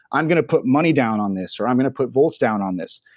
i'm going to put money down on this, or i'm going to put volts down on this,